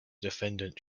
defendant